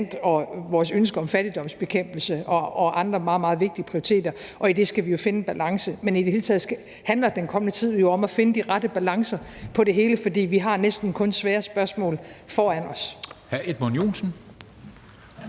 og vores ønske om fattigdomsbekæmpelse og andre meget, meget vigtige prioriteter, og i det skal vi jo finde en balance. Men i det hele taget handler den kommende tid om at finde de rette balancer i det hele, for vi har næsten kun svære spørgsmål foran os.